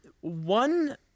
one